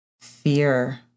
fear